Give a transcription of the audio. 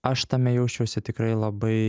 aš tame jausčiausi tikrai labai